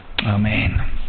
Amen